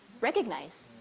recognize